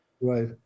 Right